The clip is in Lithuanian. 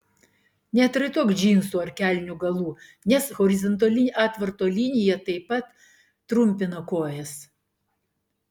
neatraitok džinsų ar kelnių galų nes horizontali atvarto linija taip pat trumpina kojas